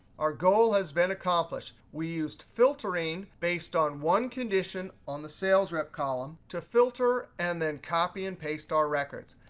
our goal has been accomplished. we used filtering based on one condition on the sales rep column to filter and then copy and paste our records.